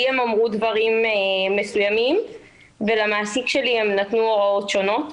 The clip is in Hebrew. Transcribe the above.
הם אמרו לי דברים מסוימים ולמעסיק שלי הם נתנו הוראות שונות.